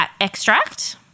extract